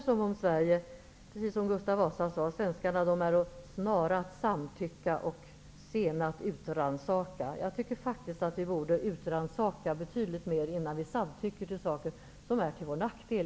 Precis som Gustav Vasa sade ''Svenskarna äro snara att samtycka och sena att utrannsaka'' tycker jag att vi faktiskt borde utransaka betydligt mer, innan vi i onödan samtycker till saker som är till vår nackdel.